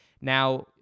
Now